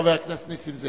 חבר הכנסת נסים זאב,